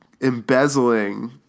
embezzling